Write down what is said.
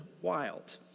wild